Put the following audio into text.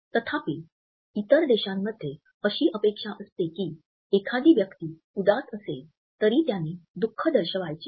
तथापि इतर देशांमध्ये अशी अपेक्षा असते की एखादी व्यक्ती उदास असेल तरी त्याने दुःख दर्शवायाचे नाही